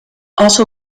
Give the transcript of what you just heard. also